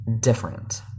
different